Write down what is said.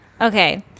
Okay